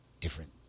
different